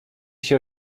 się